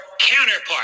counterpart